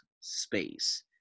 Space